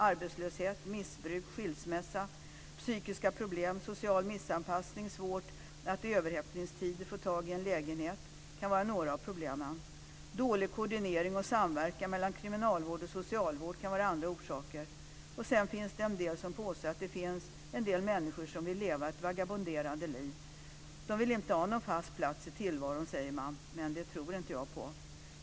Arbetslöshet, missbruk, skilsmässa, psykiska problem, social missanpassning, svårt att i överhettningstider få tag i en lägenhet kan vara några av problemen. Dålig koordinering och samverkan mellan kriminalvård och socialvård kan vara andra orsaker. Sedan finns det en del som påstår att det finns människor som vill leva ett vagabonderande liv. De vill inte ha någon fast plats i tillvaron, säger man. Men det tror inte jag på.